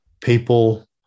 people